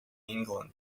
england